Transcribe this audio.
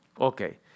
Okay